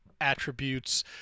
attributes